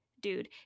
Dude